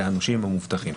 והנושים המובטחים.".